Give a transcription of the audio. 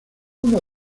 uno